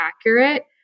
accurate